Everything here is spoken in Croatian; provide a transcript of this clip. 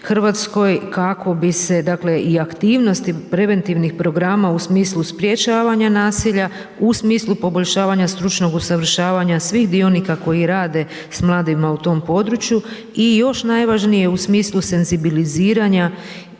u RH kako bi se, dakle, i aktivnosti preventivnih programa u smislu sprječavanja nasilja, u smislu poboljšavanja stručnog usavršavanja svih dionika koji rade s mladima u tom području i još najvažnije u smislu senzibiliziranja